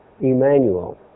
Emmanuel